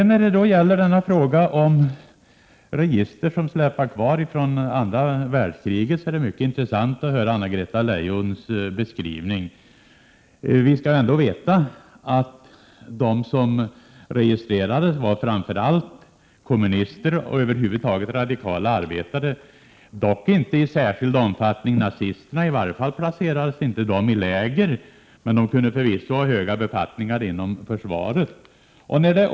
När det gäller de register som finns kvar från andra världskriget är det mycket intressant att höra Anna-Greta Leijons beskrivning. Man skall då veta att de som registrerades var framför allt kommunister och över huvud taget radikala arbetare, dock inte i särskild omfattning nazisterna — de placerades i varje fall inte i läger, men de kunde förvisso ha höga befattningar inom försvaret.